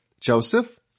Joseph